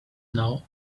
know